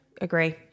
Agree